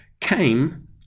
came